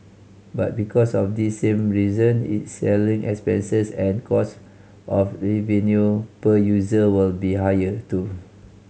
but because of this same reason its selling expenses and cost of revenue per user will be higher too